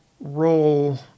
role